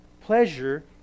pleasure